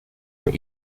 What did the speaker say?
and